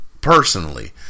personally